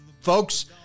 Folks